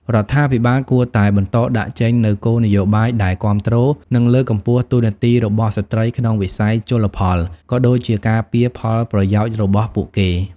រដ្ឋាភិបាលគួរតែបន្តដាក់ចេញនូវគោលនយោបាយដែលគាំទ្រ និងលើកកម្ពស់តួនាទីរបស់ស្ត្រីក្នុងវិស័យជលផល ក៏ដូចជាការពារផលប្រយោជន៍របស់ពួកគេ។